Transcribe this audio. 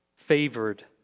favored